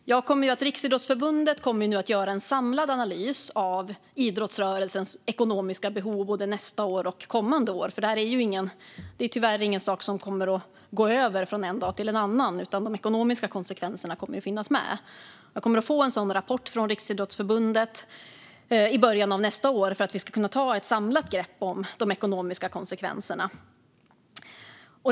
Riksidrottsförbundet kommer nu att göra en samlad analys av idrottsrörelsens ekonomiska behov både nästa och kommande år. Detta är ju tyvärr inte en sak som kommer att gå över från en dag till en annan, utan de ekonomiska konsekvenserna kommer att finnas kvar. Jag kommer att få denna rapport från Riksidrottsförbundet i början av nästa år för att vi ska kunna ta ett samlat grepp om de ekonomiska konsekvenserna.